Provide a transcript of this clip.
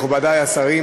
מכובדי השרים,